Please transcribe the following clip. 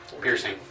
piercing